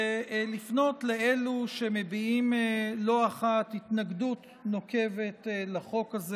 ולפנות לאלה שמביעים לא אחת התנגדות נוקבת לחוק הזה.